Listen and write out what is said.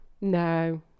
no